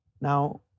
Now